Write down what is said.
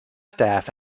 staff